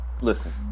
listen